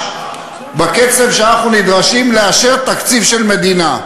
בקצב שאנחנו נדרשים לאשר תקציב של מדינה.